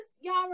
y'all